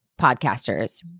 podcasters